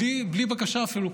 בלי בקשה אפילו,